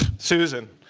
susan.